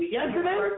Yesterday